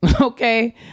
okay